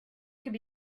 could